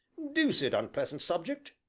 deuced unpleasant subject!